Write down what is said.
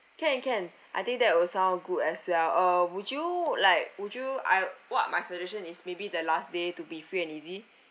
can can I think that will sound good as well uh would you like would you I what my suggestion is maybe the last day to be free and easy